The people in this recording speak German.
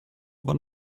van